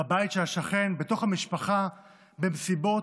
בבית של השכן, בתוך המשפחה, במסיבות,